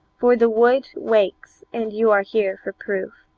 for the wood wakes, and you are here for proof.